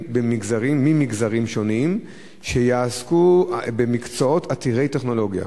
ממגזרים שונים שיעסקו במקצועות עתירי טכנולוגיה,